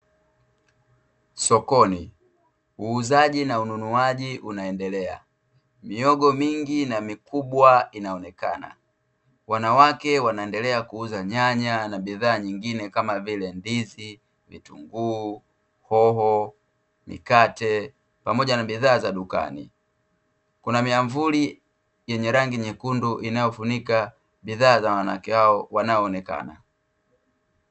Sokoni, uuzaji na ununuaji unaendelea mihogo mingi na mikubwa inaonekana wanawake wanaendelea kuuza nyanya na bidhaa nyingine kama vile ndizi, vitunguu, hoho, mikate pamoja na bidhaa za dukani kuna miavuli yenye rangi nyekundu inayofunika bidhaa za wanawake hao wanao onekana.